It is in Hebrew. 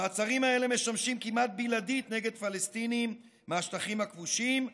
המעצרים האלה משמשים כמעט בלעדית נגד פלסטינים מהשטחים הכבושים,